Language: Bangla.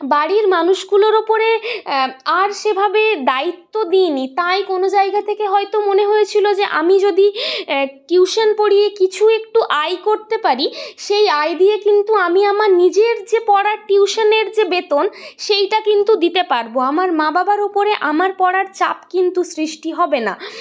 বাড়ির মানুষগুলোর ওপরে আর সেভাবে দায়িত্ব দিইনি তাই কোনো জায়গা থেকে হয়তো মনে হয়েছিলো যে আমি যদি টিউশন পড়িয়ে কিছু একটু আয় করতে পারি সেই আয় দিয়ে কিন্তু আমি আমার নিজের যে পড়ার টিউশনের যে বেতন সেইটা কিন্তু দিতে পারবো আমার মা বাবার ওপরে আমার পড়ার চাপ কিন্তু সৃষ্টি হবে না